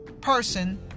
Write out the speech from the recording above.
person